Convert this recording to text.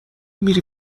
میری